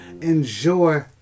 enjoy